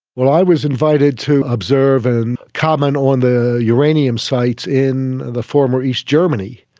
well, i was invited to observe and comment on the uranium sites in the former east germany,